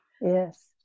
Yes